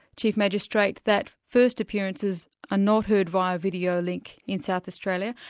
chief magistrate, that first appearances are not heard via video link in south australia,